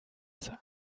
sein